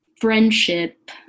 friendship